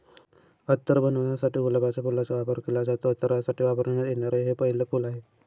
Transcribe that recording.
अत्तर बनवण्यासाठी गुलाबाच्या फुलाचा वापर केला जातो, अत्तरासाठी वापरण्यात येणारे हे पहिले फूल आहे